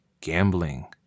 gambling